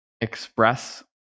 express